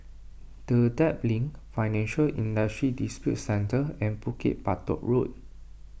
Dedap Link Financial Industry Disputes Centre and Bukit Batok Road